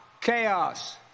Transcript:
chaos